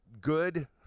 good